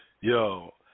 Yo